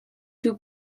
two